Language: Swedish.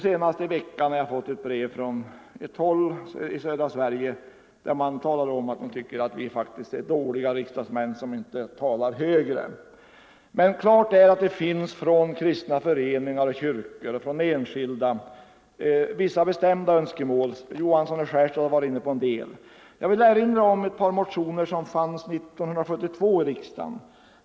Senast denna vecka har jag fått ett brev från södra Sverige, där man skriver att vi sköter oss dåligt som riksdagsmän, eftersom vi inte talar högre i dessa frågor. Men klart är att kristna föreningar, kyrkor och enskilda har vissa bestämda önskemål. Herr Johansson i Skärstad har varit inne på en del av dessa önskemål. Jag vill erinra om ett par motioner som väcktes vid 1972 års riksdag.